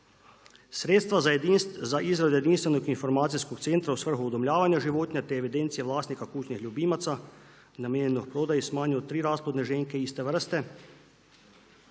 Sredstva za izradu jedinstvenog informacijskog centra u svrhu udomljavanja životinja, te evidencija vlasnika kućnih ljubimaca namijenjenog prodaji s manje od tri rasplodne ženke iste vrste